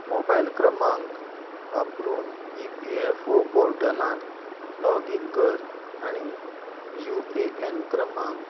mobile क्रमांक वापरून E P F O पोर्टलांत लॉग इन कर आनी यू ए ए एन क्रमांक